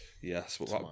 Yes